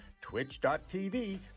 twitch.tv